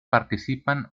participan